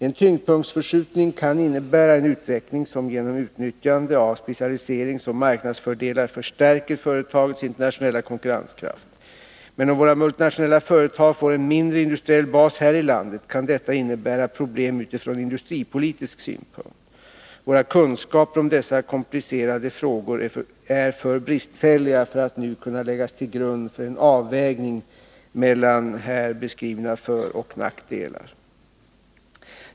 En tyngdpunktsförskjutning kan innebära en utveckling som genom utnyttjande av specialiseringsoch marknadsfördelar förstärker företagets internationella konkurrenskraft. Men om våra multinationella företag får en mindre industriell bas här i landet kan detta innebära problem utifrån industripolitisk synpunkt. Våra kunskaper om dessa komplicerade frågor är för bristfälliga för att nu kunna läggas till grund för en avvägning mellan här beskrivna föroch nackdelar.